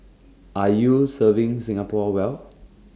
are you serving Singapore well